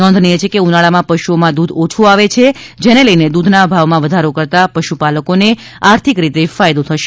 નોધનીય છે કે ઉનાળામાં પશુઓમાં દુધ ઓછુ આવે છે જેને લઈને દુધના ભાવવમાં વધારો કરતા પશુપાલકોને આર્થિક રીતે ફાયદો થશે